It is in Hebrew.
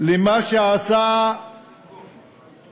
למה שעשה החוקר